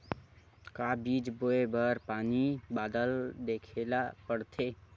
का बीज बोय बर पानी बादल देखेला पड़थे?